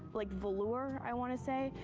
like velour, i want to say.